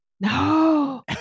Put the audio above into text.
No